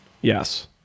yes